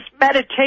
meditation